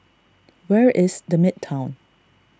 where is the Midtown